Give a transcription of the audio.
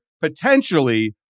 potentially